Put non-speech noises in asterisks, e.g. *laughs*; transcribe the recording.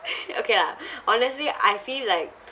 *laughs* okay lah honestly I feel like